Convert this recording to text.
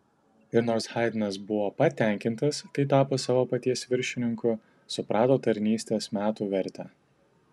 ir nors haidnas buvo patenkintas kai tapo savo paties viršininku suprato tarnystės metų vertę